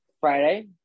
Friday